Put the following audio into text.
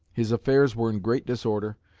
his affairs were in great disorder,